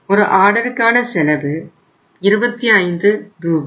ஒரு ஆர்டருக்கான செலவு 25 ரூபாய்